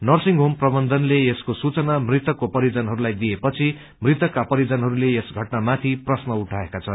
nursing home प्रबन्धनने यसको सूचा मृतकको परिजनहरूलाई दिएपछि मृतकका परिजनले यस षटना माथि प्रश्न उठाएका छन्